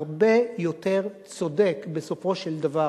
הרבה יותר צודק בסופו של דבר.